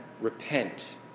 repent